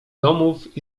domów